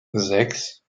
sechs